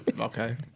Okay